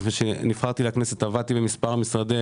לפני שנבחרתי לכנסת עבדתי בכמה משרדי